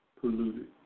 polluted